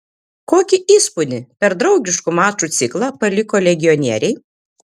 kokį įspūdį per draugiškų mačų ciklą paliko legionieriai